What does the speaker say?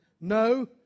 no